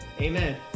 Amen